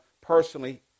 personally